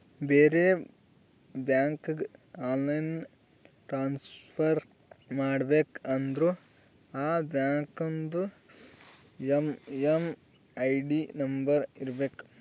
ಬೇರೆ ಬ್ಯಾಂಕ್ಗ online transfer ಮಾಡಬೇಕ ಅಂದುರ್ ಆ ಬ್ಯಾಂಕ್ದು ಎಮ್.ಎಮ್.ಐ.ಡಿ ನಂಬರ್ ಇರಬೇಕ